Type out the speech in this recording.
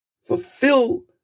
fulfill